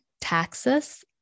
taxes